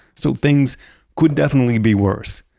so, things could definitely be worse